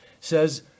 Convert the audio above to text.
says